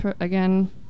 again